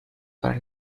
para